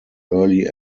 early